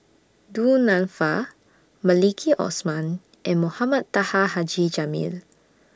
Du Nanfa Maliki Osman and Mohamed Taha Haji Jamil